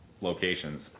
locations